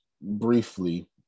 briefly